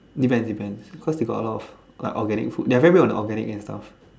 depends depends cause they got a lot of like organic food they are very big on organic and stuffs